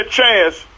chance